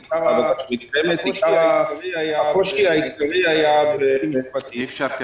הקושי העיקרי היה --- אי-אפשר ככה.